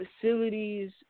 facilities